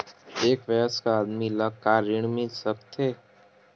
एक वयस्क आदमी ल का ऋण मिल सकथे?